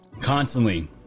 constantly